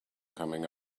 coming